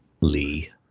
Lee